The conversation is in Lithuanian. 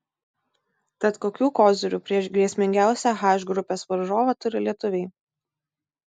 tad kokių kozirių prieš grėsmingiausią h grupės varžovą turi lietuviai